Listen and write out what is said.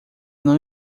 não